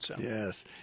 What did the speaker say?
Yes